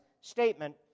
statement